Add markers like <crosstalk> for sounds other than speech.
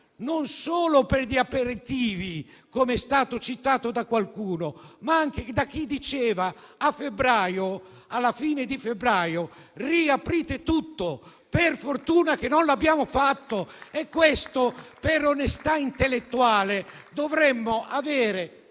non solo per gli aperitivi, come è stato citato da qualcuno, ma anche da chi diceva, alla fine di febbraio, di riaprire tutto. Per fortuna che non l'abbiamo fatto! <applause> E questo, per onestà intellettuale, dovremmo avere